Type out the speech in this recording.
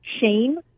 shame